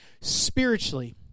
spiritually